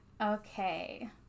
okay